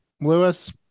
Lewis